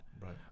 Right